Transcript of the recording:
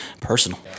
personal